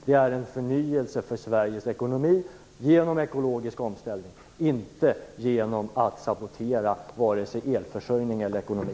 Det är en förnyelse av Sveriges ekonomi genom ekologisk omställning, inte genom att sabotera vare sig elförsörjning eller ekonomi.